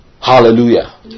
Hallelujah